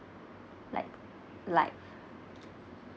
like like